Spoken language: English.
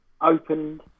opened